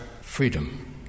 freedom